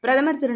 பிரதமர் திரு